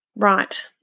Right